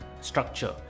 structure